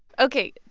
ok.